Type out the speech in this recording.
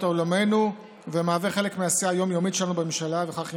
עולמנו ומהווה חלק מהעשייה היום-יומית שלנו בממשלה וכך יימשך.